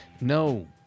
No